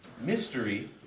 mystery